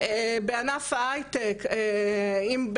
וזה